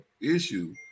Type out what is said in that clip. issue